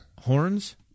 Horns